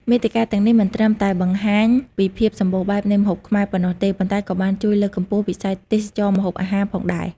មាតិកាទាំងនេះមិនត្រឹមតែបង្ហាញពីភាពសម្បូរបែបនៃម្ហូបខ្មែរប៉ុណ្ណោះទេ ប៉ុន្តែក៏បានជួយលើកកម្ពស់វិស័យទេសចរណ៍ម្ហូបអាហារផងដែរ។